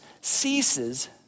ceases